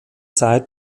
zeit